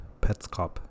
Petscop